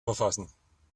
verfassen